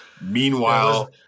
Meanwhile